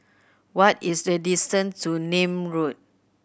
what is the distant to Nim Road